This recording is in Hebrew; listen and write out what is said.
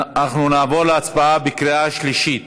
אנחנו נעבור להצבעה בקריאה שלישית.